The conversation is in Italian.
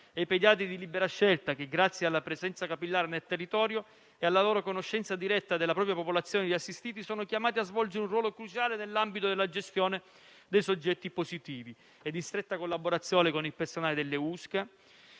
e dei pediatri di libera scelta che, grazie alla presenza capillare nel territorio e alla conoscenza diretta della propria popolazione di assistiti, sono chiamati a svolgere un ruolo cruciale nell'ambito della gestione dei soggetti positivi, in stretta collaborazione con il personale delle USCA